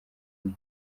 imwe